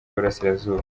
y’uburasirazuba